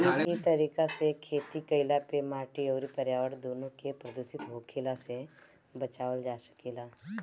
इ तरीका से खेती कईला पे माटी अउरी पर्यावरण दूनो के प्रदूषित होखला से बचावल जा सकेला